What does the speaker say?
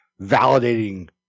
validating